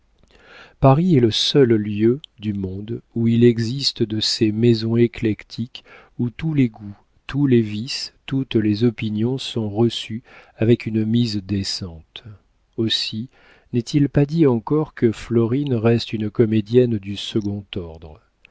paris est le seul lieu du monde où il existe de ces maisons éclectiques où tous les goûts tous les vices toutes les opinions sont reçus avec une mise décente aussi n'est-il pas dit encore que florine reste une comédienne du second ordre